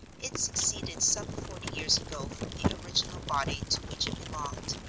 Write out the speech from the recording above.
it seceded some forty years ago from the original body to which it belonged,